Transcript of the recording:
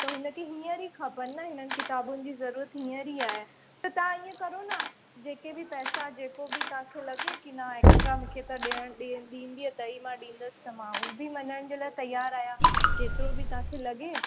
त हुनखे हींअर ई खपे हिननि किताबुनि जी ज़रूरत हींअर ई आहे त तव्हां इअं करो न जेके बि पैसा जेको बि तव्हांखे लॻे कि न एक्स्ट्रा मूंखे त ॾियण ॾी ॾींदीअ त ई मां ॾींदसि त मां हू बि मञण जे लाइ तयार आहियां जेतिरो बि तव्हांखे लॻे